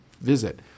visit